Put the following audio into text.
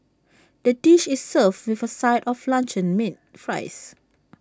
the dish is served with A side of luncheon meat fries